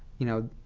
you know,